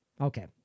Okay